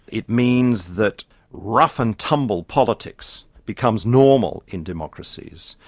it means that rough and tumble politics becomes normal in democracies.